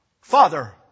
Father